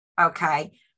Okay